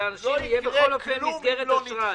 שלאנשים תהיה בכל אופן מסגרת אשראי.